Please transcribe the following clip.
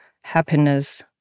happiness